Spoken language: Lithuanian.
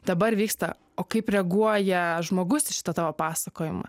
dabar vyksta o kaip reaguoja žmogus į šitą tavo pasakojimą